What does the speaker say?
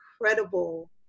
incredible